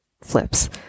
flips